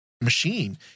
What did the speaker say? machine